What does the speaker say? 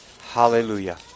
Hallelujah